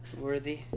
worthy